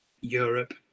europe